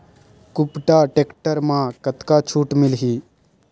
कुबटा टेक्टर म कतका छूट मिलही?